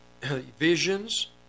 visions